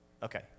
Okay